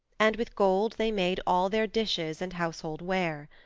and with gold they made all their dishes and household ware.